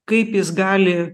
kaip jis gali